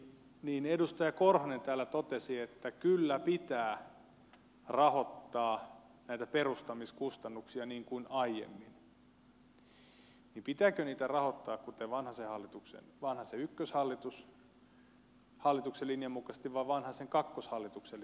kun edustaja korhonen täällä totesi että kyllä pitää rahoittaa näitä perustamiskustannuksia niin kuin aiemmin niin pitääkö niitä rahoittaa vanhasen ykköshallituksen linjan mukaisesti vai vanhasen kakkoshallituksen linjan mukaisesti